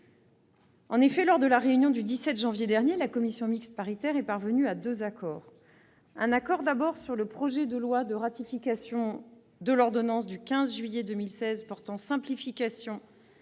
En effet, lors de la réunion du 17 janvier dernier, les deux commissions mixtes paritaires sont parvenues à des accords, d'une part sur le projet de loi de ratification de l'ordonnance du 15 juillet 2016 portant simplification